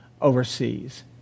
overseas